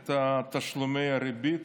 את תשלומי הריבית